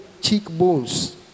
cheekbones